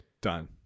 Done